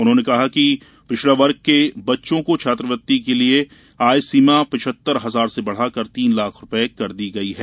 उन्होंने कहा कि पिछड़ावर्ग के बच्चों को छात्रवृत्ति के लिये आय सीमा पचहत्तर हजार से बढ़ाकर तीन लाख कर दी गई है